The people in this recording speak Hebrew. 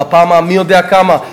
בפעם המי-יודע-כמה,